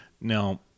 Now